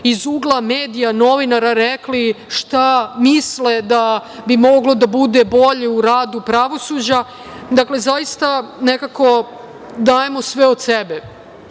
iz ugla medija, novinara rekli šta misle da moglo da bude bolje u radu pravosuđa. Zaista nekako dajemo sve od sebe.